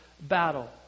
battle